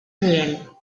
réelles